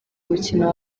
umukino